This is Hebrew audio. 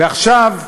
ועכשיו,